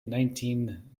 nineteen